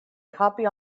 copy